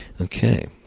Okay